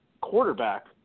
quarterback